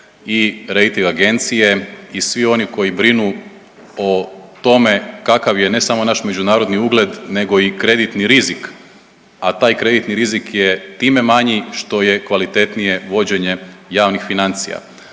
i rejting agencije i svi oni koji brinu o tome kakav je ne samo naš međunarodni ugled nego i kreditni rizik, a taj kreditni rizik je time manji što je kvalitetnije vođenje javnih financija.